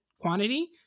Quantity